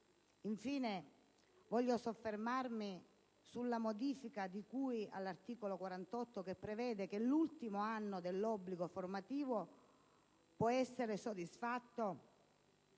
Infine, voglio soffermarmi sulla modifica di cui all'articolo 48 che prevede che l'ultimo anno dell'obbligo formativo possa essere soddisfatto